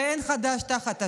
אין חדש תחת השמש,